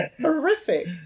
horrific